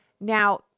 Now